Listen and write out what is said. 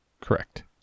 Correct